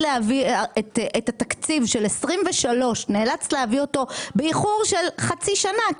להביא את התקציב של 23' באיחור של חצי שנה,